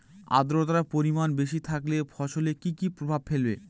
আদ্রর্তার পরিমান বেশি থাকলে ফসলে কি কি প্রভাব ফেলবে?